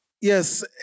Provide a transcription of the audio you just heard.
yes